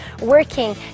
working